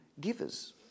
givers